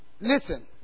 listen